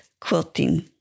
quilting